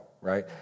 right